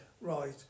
right